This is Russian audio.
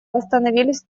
восстановились